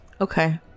Okay